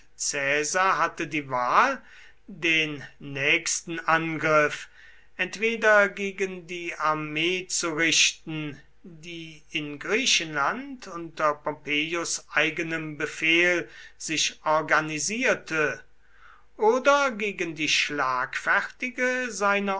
hatte die wahl den nächsten angriff entweder gegen die armee zu richten die in griechenland unter pompeius eigenem befehl sich organisierte oder gegen die schlagfertige seiner